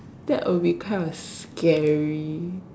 that will be kind of scary